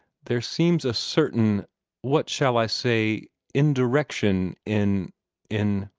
there seems a certain what shall i say indirection in in